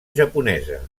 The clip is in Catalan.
japonesa